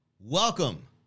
Welcome